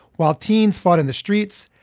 while teens fought in the streets,